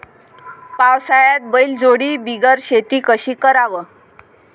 पावसाळ्यात बैलजोडी बिगर शेती कशी कराव?